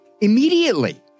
immediately